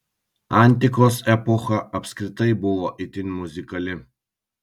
antikos epocha apskritai buvo itin muzikali